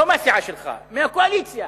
לא מהסיעה שלך, מהקואליציה